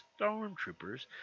stormtroopers